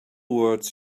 words